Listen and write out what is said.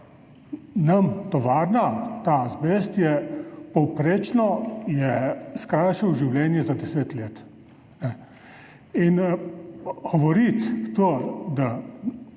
nam je tovarna, ta azbest povprečno skrajšal življenje za 10 let. In govoriti to, da